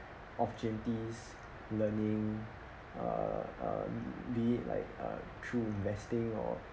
opportunities learning uh uh be it like uh through investing or